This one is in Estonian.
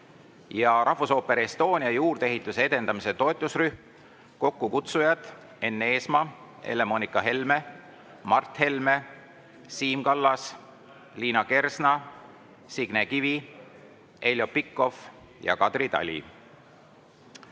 Rahvusooper Estonia juurdeehituse edendamiseks, kokkukutsujad Enn Eesmaa, Helle-Moonika Helme, Mart Helme, Siim Kallas, Liina Kersna, Signe Kivi, Heljo Pikhof ja Kadri Tali.